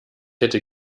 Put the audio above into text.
hätte